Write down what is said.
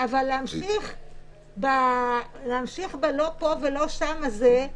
אבל להמשיך ב-לא פה ולא שם הזה,